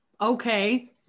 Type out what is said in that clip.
okay